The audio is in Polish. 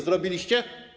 Zrobiliście?